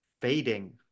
fading